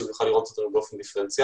שיוכל לראות אותנו באופן דיפרנציאלי.